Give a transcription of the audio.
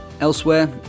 Elsewhere